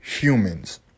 humans